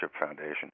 foundation